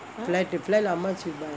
flat how much you buy